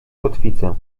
kotwicę